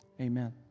Amen